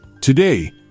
Today